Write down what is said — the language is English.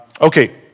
Okay